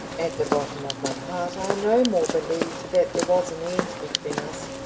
at the bottom of my heart i no more believed that there was an end between us,